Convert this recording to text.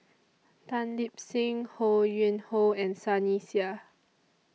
Tan Lip Seng Ho Yuen Hoe and Sunny Sia